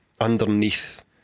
underneath